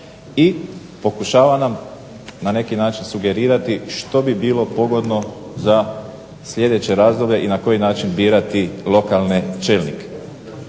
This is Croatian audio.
i pokušava nam na neki način sugerirati što bi bilo pogodno za sljedeće razdoblje i na koji način birati lokalne čelnike.